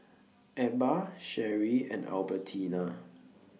Ebba Sherie and Albertina